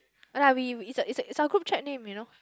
ya we it's a it's our group chat name you know